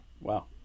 Wow